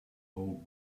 whole